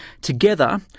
Together